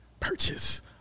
Purchase